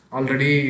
Already